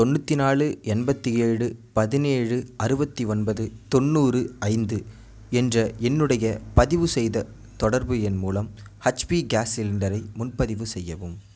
தொண்ணூற்றி நாலு எண்பத்தி ஏழு பதினேழு அறுபத்தி ஒன்பது தொண்ணூறு ஐந்து என்ற என்னுடைய பதிவுசெய்த தொடர்பு எண் மூலம் ஹச்பி கேஸ் சிலிண்டரை முன்பதிவு செய்யவும்